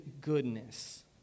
goodness